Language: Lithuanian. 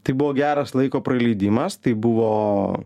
tai buvo geras laiko praleidimas tai buvo